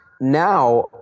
now